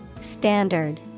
Standard